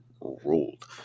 ruled